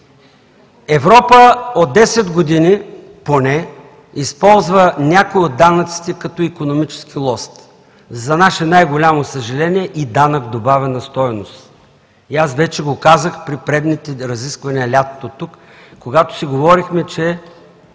Европа поне от 10 години използва някои от данъците като икономически лост, а за наше най-голямо съжаление – и данък добавена стойност. Аз вече го казах при предните разисквания през лятото тук, когато си говорихме, че